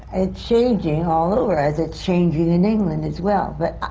and changing all over, as it's changing in england, as well. but